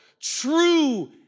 true